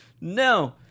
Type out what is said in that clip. no